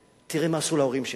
תראה מה עשו להורים שלי.